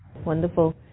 Wonderful